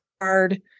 hard